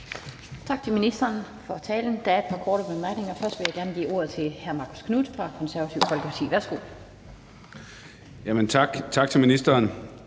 Tak til ministeren for talen. Der er et par korte bemærkninger, og først vil jeg gerne give ordet til hr. Marcus Knuth fra Det Konservative Folkeparti. Værsgo.